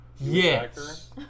Yes